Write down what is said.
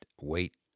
wait